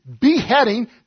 beheading